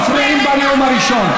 לא מפריעים בנאום הראשון.